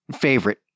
favorite